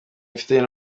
mfitanye